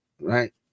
Right